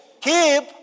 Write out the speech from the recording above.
Keep